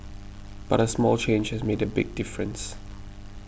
but a small change has made a big difference